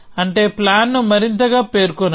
అంటే ప్లాన్ ను మరింత గా పేర్కొనండి